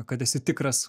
kad esi tikras